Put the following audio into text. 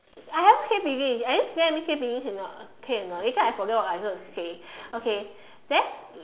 I haven't say finish can let me say finish or not okay or not later I forget what I want to say okay then